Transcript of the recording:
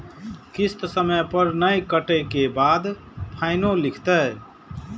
किस्त समय पर नय कटै के बाद फाइनो लिखते?